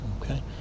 Okay